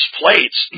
plates